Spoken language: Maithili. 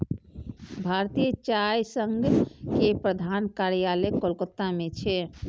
भारतीय चाय संघ के प्रधान कार्यालय कोलकाता मे छै